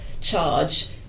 charge